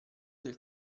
del